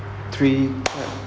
three clap